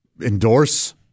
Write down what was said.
endorse